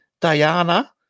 Diana